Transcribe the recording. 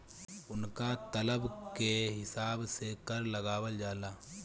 उनका तलब के हिसाब से कर लगावल जाला